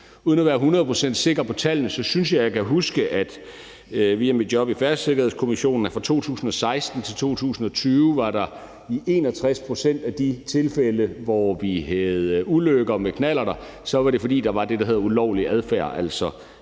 Uden at være hundrede procent sikker på tallene synes jeg, jeg kan huske via mit job i Færdselssikkerhedskommissionen, at fra 2016 til 2020 var det i 61 pct. af de tilfælde, hvor vi havde ulykker med knallerter, fordi der var det, der hedder ulovlig adfærd,